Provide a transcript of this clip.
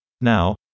Now